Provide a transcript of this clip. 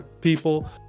people